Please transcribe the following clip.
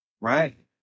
right